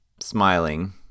smiling